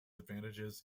advantages